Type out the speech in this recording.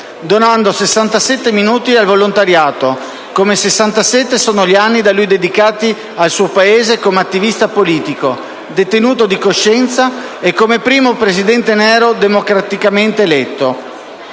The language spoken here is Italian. donando 67 minuti al volontariato, come 67 sono gli anni da lui dedicati al suo Paese come attivista politico, detenuto di coscienza e come primo presidente nero democraticamente eletto.